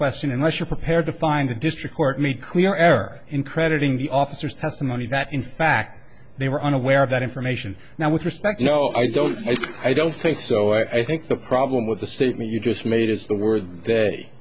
question unless you're prepared to find a district court made clear air in crediting the officers testimony that in fact they were unaware of that information now with respect no i don't i don't say so i think the problem with the statement you just made is the word day